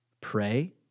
pray